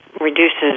reduces